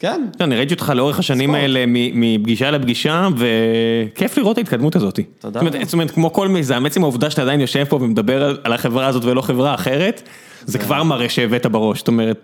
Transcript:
אני ראיתי אותך לאורך השנים האלה, מפגישה לפגישה, וכיף לראות את ההתקדמות הזאתי. תודה. זאת אומרת, כמו כל מיזם, עצם העובדה שאתה עדיין יושב פה ומדבר על החברה הזאת ולא על חברה אחרת, זה כבר מראה שהבאת בראש.